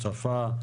הוספה,